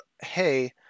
hey